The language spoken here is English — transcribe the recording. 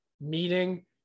meeting